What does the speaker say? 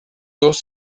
dos